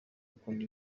akunda